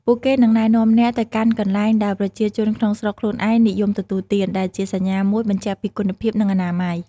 ពួកគេនឹងណែនាំអ្នកទៅកាន់កន្លែងដែលប្រជាជនក្នុងស្រុកខ្លួនឯងនិយមទទួលទាន ដែលជាសញ្ញាមួយបញ្ជាក់ពីគុណភាព និងអនាម័យ។